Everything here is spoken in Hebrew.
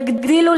יגדילו,